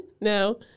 No